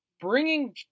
bringing